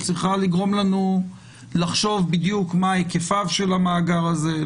היא צריכה לגרום לנו לחשוב בדיוק מה היקפיו של המאגר הזה,